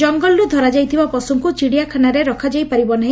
ଜଙ୍ଗଲରୁ ଧରାଯାଇଥିବା ପଶୁଙ୍କୁ ଚିଡ଼ିଆଖାନାରେ ରଖାଯାଇ ପାରିବ ନାହି